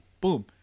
boom